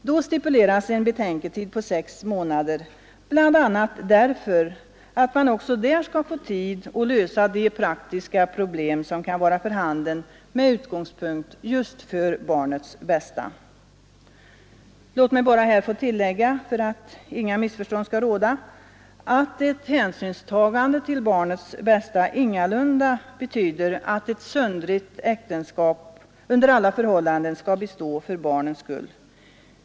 Då stipuleras en betänketid på sex månader, bl.a. för att man skall få tid att lösa de praktiska problem som kan vara för handen med utgångspunkt just i sförstånd skall råda, att ett hänsynstagande till barnets bästa ingalunda betyder att ett söndrigt äktenskap under alla förhållanden skall bestå för barnens skull.